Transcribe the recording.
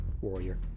Warrior